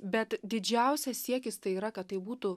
bet didžiausias siekis tai yra kad tai būtų